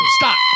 Stop